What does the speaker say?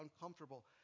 uncomfortable